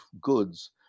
goods